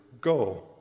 go